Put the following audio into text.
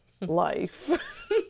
life